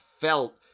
felt